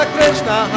Krishna